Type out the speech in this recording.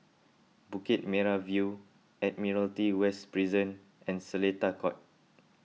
Bukit Merah View Admiralty West Prison and Seletar Court